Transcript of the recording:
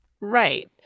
Right